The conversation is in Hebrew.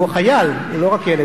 הוא חייל, לא רק ילד.